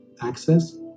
access